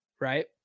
Right